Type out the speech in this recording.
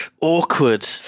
Awkward